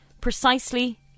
precisely